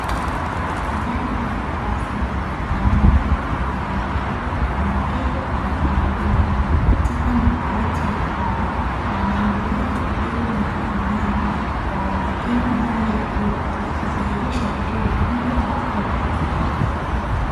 Ndani ya darasa wanaume kwa wanawake wameketi kwa mpangilio katika madawati ya mbao, wanaendelea kujibu mitihani yao kwa umakini wa hali ya juu kudhihirisha walichojifunza wawapo darasani.